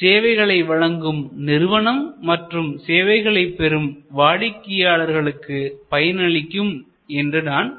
சேவைகளை வழங்கும் நிறுவனம் மற்றும் சேவைகளை பெறும் வாடிக்கையாளர்களுக்கு பயன் அளிக்கும் என்று நான் நம்புகிறேன்